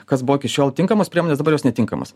kas buvo iki šiol tinkamos priemonės dabar jos netinkamos